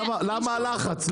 למה הלחץ?